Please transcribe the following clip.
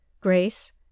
grace